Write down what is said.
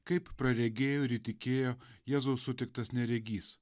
kaip praregėjo ir įtikėjo jėzaus sutiktas neregys